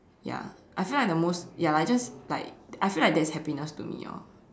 ya I feel like the most ya like just like I feel like that is happiness to me orh